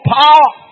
power